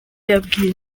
yabwiye